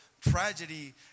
tragedy